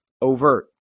overt